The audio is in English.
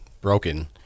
broken